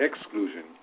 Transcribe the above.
exclusion